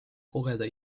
kogeda